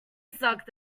sucked